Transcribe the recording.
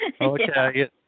Okay